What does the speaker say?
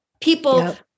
People